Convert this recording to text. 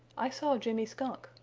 i saw jimmy skunk,